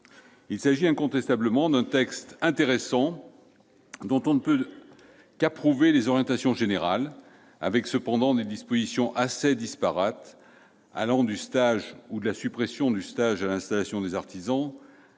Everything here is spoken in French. s'il s'agit incontestablement d'un texte intéressant, dont on ne peut qu'approuver les orientations générales, il contient cependant des dispositions assez disparates, allant de la suppression du stage à l'installation des artisans